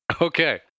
Okay